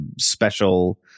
special